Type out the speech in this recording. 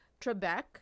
Trebek